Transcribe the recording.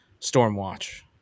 Stormwatch